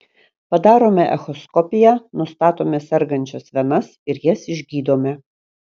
padarome echoskopiją nustatome sergančias venas ir jas išgydome